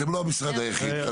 אתם לא המשרד היחיד.